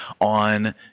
on